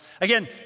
again